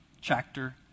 chapter